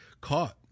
caught